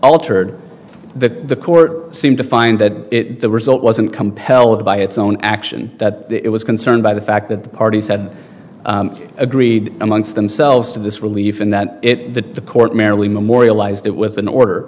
altered the court seemed to find that the result wasn't compelled by its own action it was concerned by the fact that the parties had agreed amongst themselves to this relief and that it that the court merely memorialized it with an order